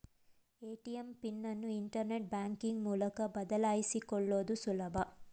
ATM PIN ಅನ್ನು internet banking ಮೂಲಕ ಬದಲಾಯಿಸಿಕೊಳ್ಳುದು ಸುಲಭ